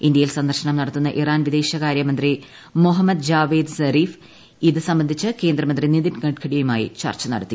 ഇന്ത്യയിൽ സന്ദർശനം നടത്തുന്ന ഇറാൻ വിദേശകാര്യ മന്ത്രി മൊഹമ്മദ് ജാവേദ് സ്രീഫ് ഇത് സംബന്ധിച്ച് കേന്ദ്രമന്ത്രി നിതിൻ ഗഡ്കരിയുമായി ചർച്ച നടത്തി